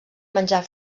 menjar